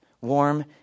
Warm